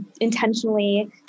intentionally